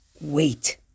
wait